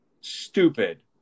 stupid